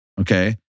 okay